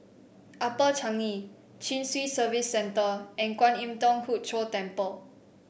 Upper Changi Chin Swee Service Centre and Kwan Im Thong Hood Cho Temple